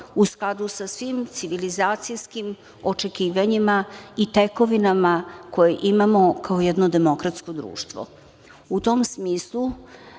u skladu sa svim civilizacijskim očekivanjima i tekovinama koje imamo kao jedno demokratsko društvo.U